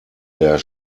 der